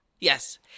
Yes